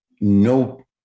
no